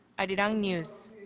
arirang news.